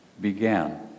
began